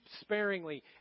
sparingly